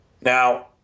Now